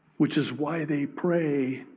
which is why they prey